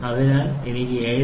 അതിനാൽ എനിക്ക് 7